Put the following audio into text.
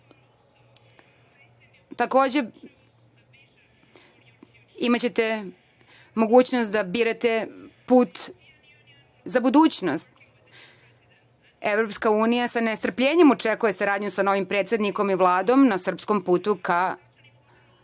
Takođe, imaćete mogućnost da birate put za budućnost. Evropska Unija sa nestrpljenjem očekuje saradnju sa novim predsednikom i Vladom na srpskom putu ka